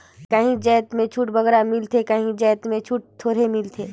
काहीं जाएत में छूट बगरा मिलथे काहीं जाएत में छूट थोरहें मिलथे